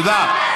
תודה.